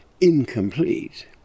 incomplete